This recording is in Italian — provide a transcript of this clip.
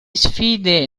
sfide